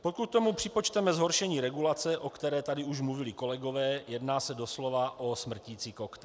Pokud k tomu připočteme zhoršení regulace, o které tady už mluvili kolegové, jedná se doslova o smrticí koktejl.